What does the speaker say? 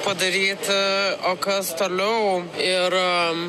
padaryti o kas toliau ir